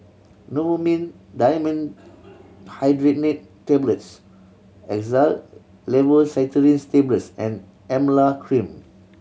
Novomin Dimenhydrinate Tablets Xyzal Levocetirizine Tablets and Emla Cream